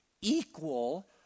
equal